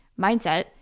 mindset